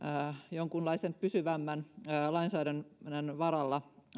jonkunlaisen pysyvämmän lainsäädännön varalla